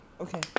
Okay